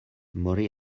morí